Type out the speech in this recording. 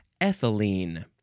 ethylene